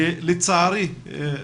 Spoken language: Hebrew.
לצערי,